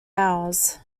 ours